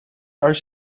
are